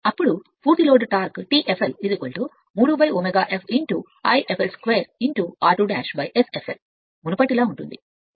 అప్పుడు పూర్తి load torque T fl 3 ω I fl 2 r2 a Sfl మునుపటిలా ఉంటుంది